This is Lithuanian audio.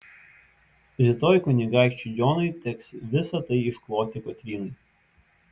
rytoj kunigaikščiui džonui teks visa tai iškloti kotrynai